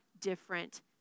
different